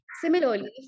Similarly